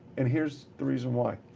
and here's the reason why.